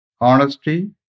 honesty